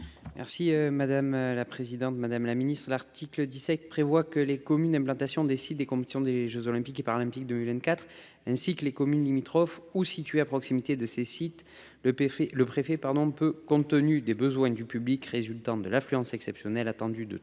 M. Jérémy Bacchi. L'article 17 du projet de loi prévoit que, dans les communes d'implantation des sites de compétition des jeux Olympiques et Paralympiques de 2024, ainsi que dans les communes limitrophes ou situées à proximité de ces sites, le préfet peut, compte tenu des besoins du public résultant de l'affluence exceptionnelle attendue de